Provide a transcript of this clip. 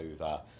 over